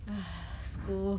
school